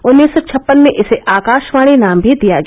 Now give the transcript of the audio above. उन्नीस सौ छप्पन में इसे आकाशवाणी नाम भी दिया गया